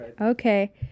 Okay